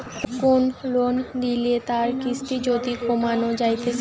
কোন লোন লিলে তার কিস্তি যদি কমানো যাইতেছে